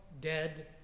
dead